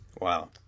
wow